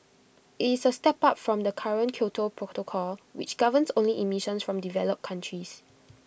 IT is A step up from the current Kyoto protocol which governs only emissions from developed countries